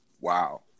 Wow